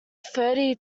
thirty